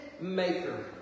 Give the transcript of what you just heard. maker